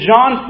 John